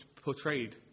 portrayed